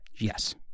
Yes